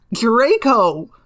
Draco